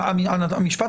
המשפט